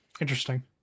Interesting